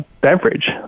beverage